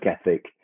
ethic